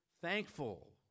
Thankful